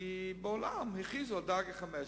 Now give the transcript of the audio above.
כי בעולם הכריזו על דרגה 5,